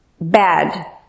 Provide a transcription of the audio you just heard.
bad